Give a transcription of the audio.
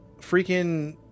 freaking